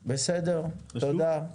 אוקיי, בסדר תודה.